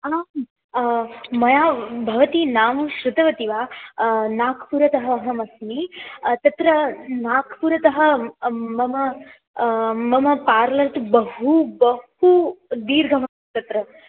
अहं मम भवती नामं श्रुतवती वा नागपुरतः अहमस्मि तत्र नागपुरतः मम मम पार्लर् तु बहु बहु दीर्घः तत्र